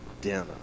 dinner